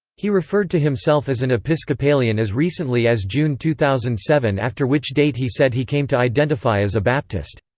he referred to himself as an episcopalian as recently as june two thousand and seven after which date he said he came to identify as a baptist.